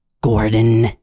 Gordon